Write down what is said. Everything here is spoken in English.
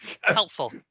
Helpful